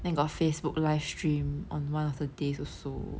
then got Facebook live stream on one of the days also